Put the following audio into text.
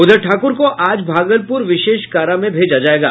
उधर ठाक्र को आज भागलप्र विशेष कारा में भेजा जायेगा